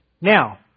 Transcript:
Now